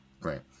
right